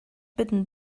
bitten